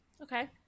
Okay